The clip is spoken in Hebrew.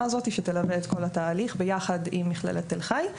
הזאת שתלווה את כל התהליך ביחד עם מכללת תל חי,